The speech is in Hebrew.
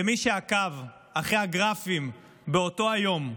ומי שעקב אחרי הגרפים באותו היום,